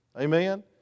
Amen